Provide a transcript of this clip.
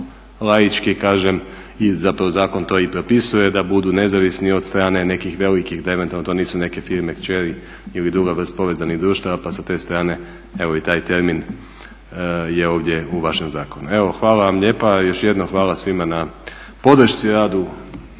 laički kažem i zapravo zakon to i propisuje da budu nezavisni od strane nekih velikih da eventualno to nisu neke firme kćeri ili druga vrst povezanih društava pa sa te strane evo i taj termin je ovdje u vašem zakonu. Evo hvala vam lijepa, još jednom hvala svima na podršci radu